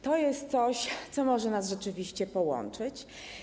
To jest coś, co może nas rzeczywiście połączyć.